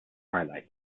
twilight